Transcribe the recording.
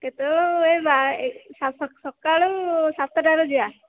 କେତେବେଳ ଏଇ ସକାଳୁ ସାତଟାରେ ଯିବା